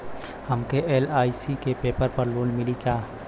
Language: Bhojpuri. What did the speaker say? हमके एल.आई.सी के पेपर पर लोन मिली का?